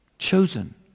Chosen